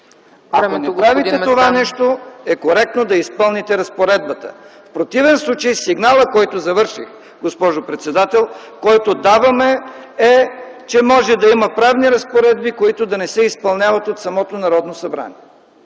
Ако направите това нещо, коректно е да изпълните разпоредбата. В противен случай, сигналът, който даваме, е, че може да има правни разпоредби, които да не се изпълняват от самото Народно събрание.